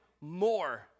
more